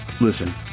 listen